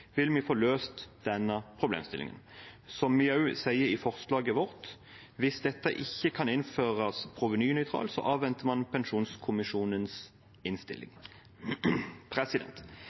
vil vi få løst denne problemstillingen. Som vi også sier i forslaget vårt: Hvis dette ikke kan innføres provenynøytralt, avventer man pensjonskommisjonens innstilling.